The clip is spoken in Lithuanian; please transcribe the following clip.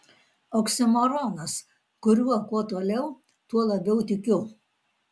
oksimoronas kuriuo kuo toliau tuo labiau tikiu